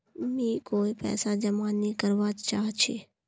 मी कोय पैसा जमा नि करवा चाहची